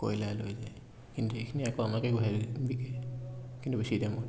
কয়লা লৈ যায় কিন্তু এইখিনি আকৌ আমাকে ঘুৰাই বিকে কিন্তু বেছি দামত